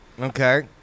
Okay